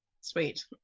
Sweet